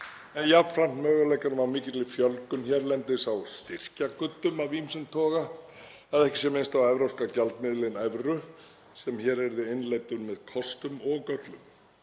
en jafnframt möguleikanum á mikilli fjölgun hérlendis á Styrkja-Guddum af ýmsum toga, að ekki sé minnst á evrópska gjaldmiðilinn evru sem hér yrði innleiddur með kostum og göllum.